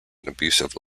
abusive